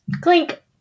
Clink